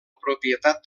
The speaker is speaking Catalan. propietat